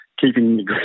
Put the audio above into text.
keeping